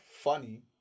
funny